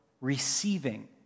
receiving